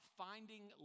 finding